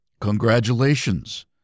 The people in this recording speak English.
Congratulations